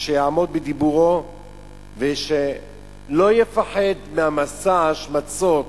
ושיעמוד בדיבורו ושלא יפחד ממסע ההשמצות